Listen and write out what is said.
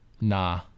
Nah